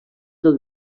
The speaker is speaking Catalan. del